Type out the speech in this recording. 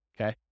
okay